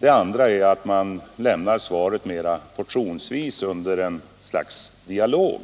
Den andra är att man lämnar svaret mera portionsvis i ett slags dialog.